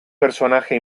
personaje